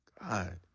God